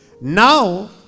Now